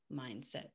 mindset